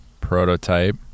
prototype